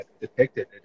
depicted